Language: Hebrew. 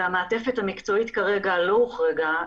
המעטפת המקצועית כרגע לא הוחרגה,